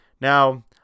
Now